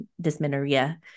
dysmenorrhea